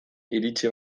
iritsi